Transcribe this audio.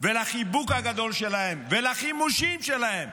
ולחיבוק הגדול שלהם ולחימושים שלהם